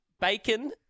bacon